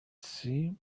seemed